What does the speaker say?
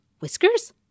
whiskers